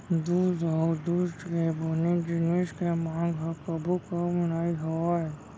दूद अउ दूद के बने जिनिस के मांग ह कभू कम नइ होवय